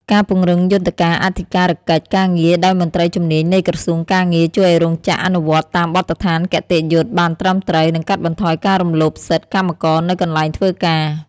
ការពង្រឹងយន្តការអធិការកិច្ចការងារដោយមន្ត្រីជំនាញនៃក្រសួងការងារ ជួយឱ្យរោងចក្រអនុវត្តតាមបទដ្ឋានគតិយុត្តិបានត្រឹមត្រូវ និងកាត់បន្ថយការរំលោភសិទ្ធិកម្មករនៅកន្លែងធ្វើការ។